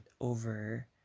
over